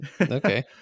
Okay